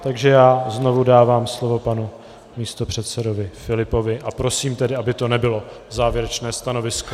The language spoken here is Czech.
Takže já znovu dávám slovo panu místopředsedovi Filipovi a prosím tedy, aby to nebylo závěrečné stanovisko.